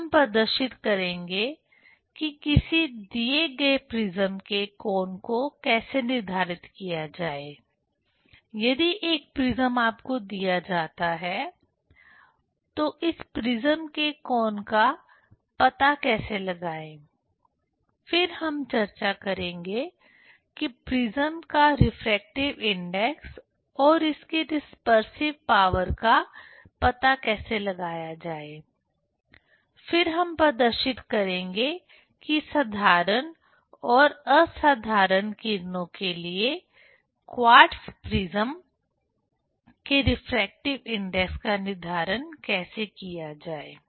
फिर हम प्रदर्शित करेंगे कि किसी दिए गए प्रिज्म के कोण को कैसे निर्धारित किया जाए यदि एक प्रिज्म आपको दिया जाता है तो इस प्रिज्म के कोण का पता कैसे लगाएं फिर हम चर्चा करेंगे कि प्रिज्म का रिफ्रैक्टिव इंडेक्स और इसकी डिस्पर्सिव पावर का पता कैसे लगाया जाए फिर हम प्रदर्शित करेंगे कि साधारण और असाधारण किरणों के लिए क्वार्ट्ज प्रिज्म के रिफ्रैक्टिव इंडेक्स का निर्धारण कैसे किया जाए